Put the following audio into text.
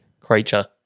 creature